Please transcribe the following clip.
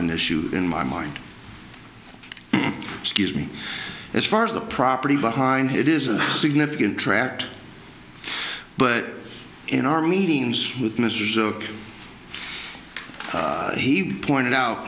an issue in my mind excuse me as far as the property behind it is a significant tract but in our meetings with ministers uk he pointed out